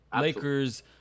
Lakers